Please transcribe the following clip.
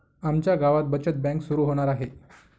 आमच्या गावात बचत बँक सुरू होणार आहे